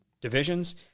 divisions